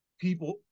people